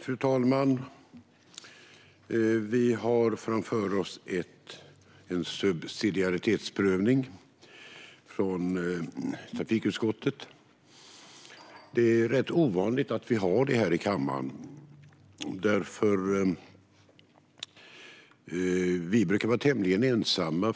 Fru talman! Vi har en subsidiaritetsprövning framför oss från trafikutskottet. Det är rätt ovanligt med subsidiaritetsprövningar här i kammaren. Vi från Sverigedemokraterna brukar vara tämligen ensamma